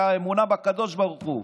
את האמונה בקדוש ברוך הוא.